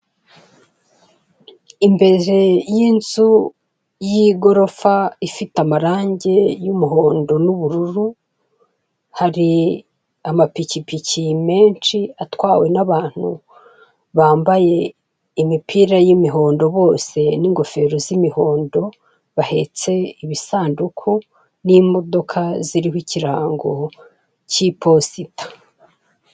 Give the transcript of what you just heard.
Imbere y'inzu y'igorofa ifite amarange y'umuhondo n'ubururu, hari amapikipiki menshi atwawe n'abantu bambaye imipira y'imihondo bose n'ingofero z'imihondo, bahetse ibisanduku n'imidoko ziriho ikirango cy'iposita.